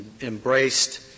embraced